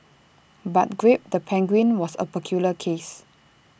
but grape the penguin was A peculiar case